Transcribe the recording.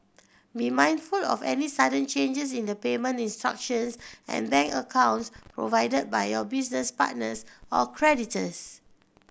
be mindful of any sudden changes in the payment instructions and bank accounts provided by your business partners or creditors